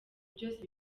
byose